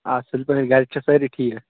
اَصٕل پٲٹھۍ گرِ چھا سٲری ٹھیٖک